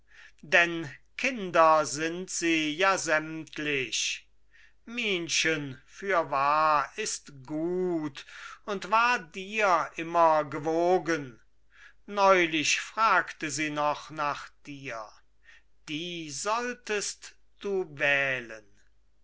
denn kinder sind sie ja sämtlich minchen fürwahr ist gut und war dir immer gewogen neulich fragte sie noch nach dir die solltest du wählen